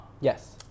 Yes